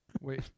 Wait